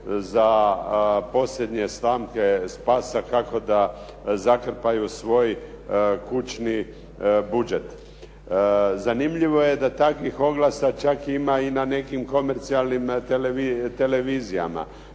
za posljednje slamke spasa kako da zakrpaju svoj kućni budžet. Zanimljivo je da takvih oglasa čak ima i na nekim komercijalnim televizijama.